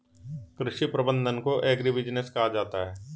कृषि प्रबंधन को एग्रीबिजनेस कहा जाता है